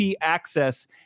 access